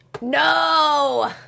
no